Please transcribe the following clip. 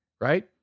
right